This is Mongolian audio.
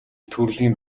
төрлийн